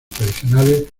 tradicionales